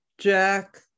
Jack